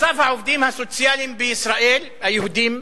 מצב העובדים הסוציאליים בישראל, היהודים,